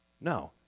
No